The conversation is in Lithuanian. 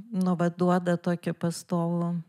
nu va duoda tokį pastovų